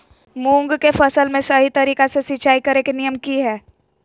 मूंग के फसल में सही तरीका से सिंचाई करें के नियम की हय?